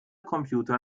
computer